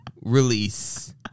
release